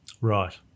Right